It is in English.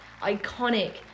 iconic